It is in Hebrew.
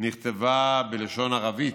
נכתבה בלשון ערבית,